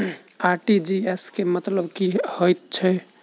RTGS केँ मतलब की हएत छै?